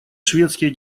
шведский